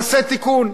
אעשה תיקון.